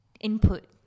input